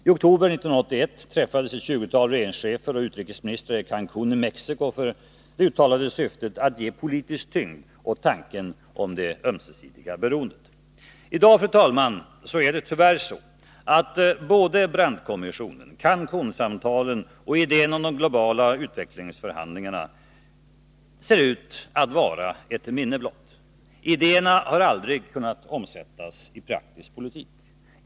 I oktober 1981 träffades ett tjugotal regeringschefer och utrikesministrar i Cancåm i Mexico med det uttalade syftet att ge politisk tyngd åt tanken om det ömsesidiga beroendet. I dag, fru talman, ser tyvärr såväl Brandtkommissionen som Cancånsamtal och idén om globala utvecklingsförhandlingar ut att vara ett minne blott. Idéerna har aldrig kunnat omsättas i praktisk politik.